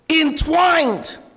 entwined